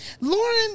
Lauren